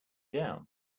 down